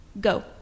Go